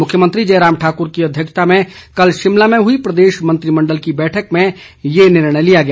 मुख्यमंत्री जयराम ठाकुर की अध्यक्षता में कल शिमला में हुई प्रदेश मंत्रिमंडल की बैठक में ये निर्णय लिया गया